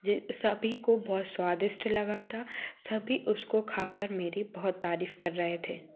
सभी को बहुत स्वादिष्ठ लगा था सभी उसको खा कर मेरी बहुत तारीफ़ कर रहे थे